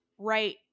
right